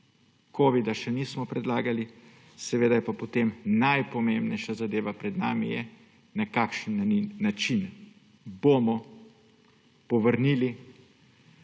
Covida še nismo premagali, seveda je pa potem, najpomembnejša zadeva pred nami, na kakšen način bomo povrnili